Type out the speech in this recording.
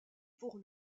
pour